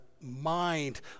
mind